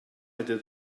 était